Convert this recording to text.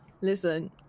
Listen